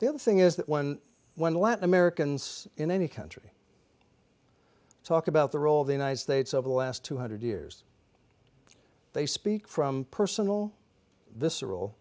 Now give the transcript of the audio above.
the other thing is that when when latin americans in any country talk about the role of the united states over the last two hundred years they speak from personal